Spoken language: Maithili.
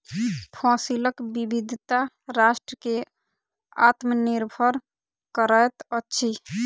फसिलक विविधता राष्ट्र के आत्मनिर्भर करैत अछि